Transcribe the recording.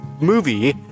movie